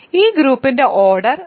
ഈ ഗ്രൂപ്പിന്റെ ഓർഡർ 3 ആണ്